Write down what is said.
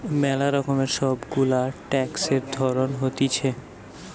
ম্যালা রকমের সব গুলা ট্যাক্সের ধরণ হতিছে